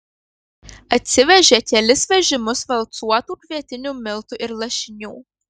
atsivežė kelis vežimus valcuotų kvietinių miltų ir lašinių